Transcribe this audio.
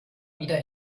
wieder